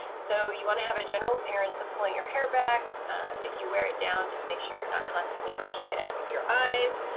so you want to have a general appearance of pulling your hair back if you wear it down. just make sure you're not constantly brushing it out of your eyes.